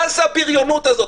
מה זה הבריונות הזאת?